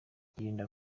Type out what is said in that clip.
yirinda